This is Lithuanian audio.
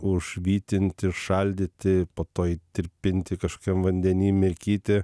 užvytinti šaldyti po to į tirpinti kažkokiam vandeny mirkyti